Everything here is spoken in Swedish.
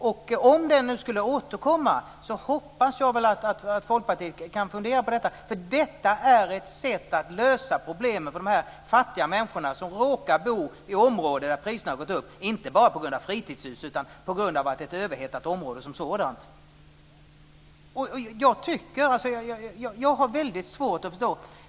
Om förslaget skulle återkomma hoppas jag att Folkpartiet kan fundera på detta, för det är ett sätt att lösa problemen för de fattiga människor som råkar bo i områden där priserna har gått upp, inte bara på grund av att det är ett fritidshusområde utan på grund av att det är ett överhettat område som sådant.